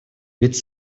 ведь